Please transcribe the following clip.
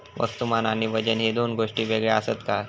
वस्तुमान आणि वजन हे दोन गोष्टी वेगळे आसत काय?